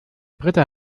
britta